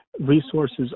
resources